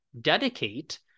dedicate